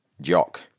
Jock